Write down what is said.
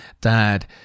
dad